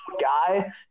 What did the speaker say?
guy